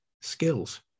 skills